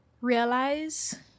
Realize